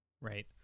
right